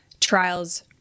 trials